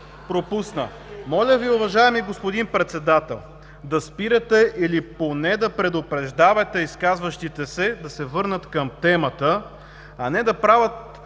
от ГЕРБ.) Моля Ви, уважаеми господин Председател, да спирате или поне да предупреждавате изказващите се да се върнат към темата, а не да правят